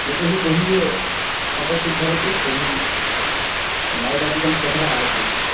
यतो हि बहिः फ़ोटोशूट् भवति तर्हि लैटादिकं स्वतः आगच्छति